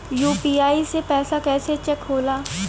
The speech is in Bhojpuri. यू.पी.आई से पैसा कैसे चेक होला?